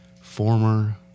former